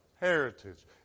heritage